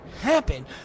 happen